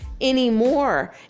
anymore